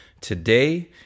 Today